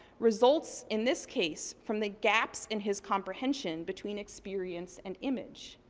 results in this case from the gaps in his comprehension between experience and image.